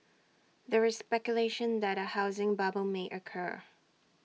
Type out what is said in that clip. there is speculation that A housing bubble may occur